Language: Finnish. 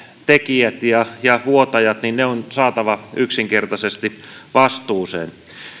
tekijät ja ja vuotajat on saatava yksinkertaisesti vastuuseen